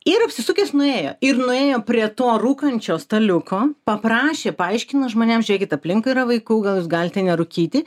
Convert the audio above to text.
ir apsisukęs nuėjo ir nuėjo prie to rūkančio staliuko paprašė paaiškino žmonėm žiūrėkit aplinkui yra vaikų gal jūs galite nerūkyti